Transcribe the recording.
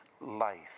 life